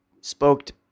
spoked